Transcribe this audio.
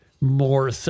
more